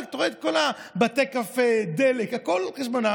אתה רואה את כל בתי הקפה, דלק, הכול על חשבונה.